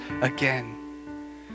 again